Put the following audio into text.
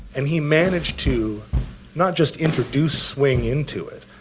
and he managed to not just introduce swing into it,